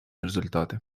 результати